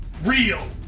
Real